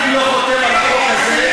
אני רוצה להשלים את הדברים שלי.